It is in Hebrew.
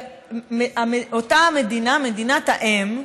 אותה המדינה, מדינת האם,